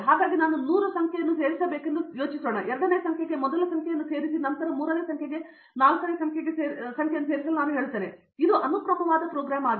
ಹಾಗಾಗಿ ನಾನು 100 ಸಂಖ್ಯೆಯನ್ನು ಸೇರಿಸಬೇಕೆಂದು ಯೋಚಿಸೋಣ ಎರಡನೇ ಸಂಖ್ಯೆಗೆ ಮೊದಲ ಸಂಖ್ಯೆಯನ್ನು ಸೇರಿಸಿ ನಂತರ ಮೂರನೆಯ ಸಂಖ್ಯೆಗೆ ನಾಲ್ಕನೇ ಸಂಖ್ಯೆಗೆ ಸೇರಿಸಲು ನಾನು ಹೇಳುತ್ತೇನೆ ಇದು ಅನುಕ್ರಮವಾದ ಪ್ರೋಗ್ರಾಂ ಆಗಿದೆ